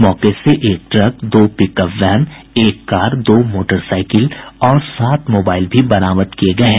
मौके से एक ट्रक दो पिकअप वैन एक कार दो मोटरसाइकिल और सात मोबाइल भी बरामद किये गये हैं